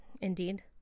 indeed